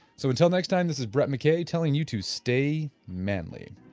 so until next time, this is brett mckay telling you to stay manly